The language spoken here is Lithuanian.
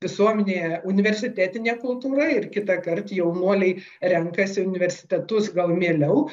visuomenėje universitetinė kultūra ir kitąkart jaunuoliai renkasi universitetus gal mieliau